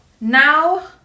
now